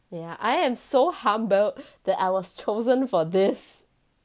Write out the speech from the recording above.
yeah I am so humble that I was chosen for this